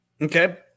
Okay